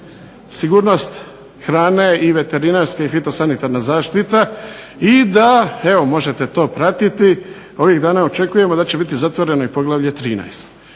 12.-Sigurnost hrane i veterinarska i fitosanitarna zaštita i da evo možete to pratiti, ovih dana očekujemo da će biti zatvoreno i poglavlje 13.